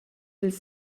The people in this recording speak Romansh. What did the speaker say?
dils